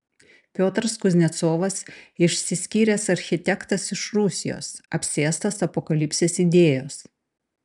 piotras kuznecovas išsiskyręs architektas iš rusijos apsėstas apokalipsės idėjos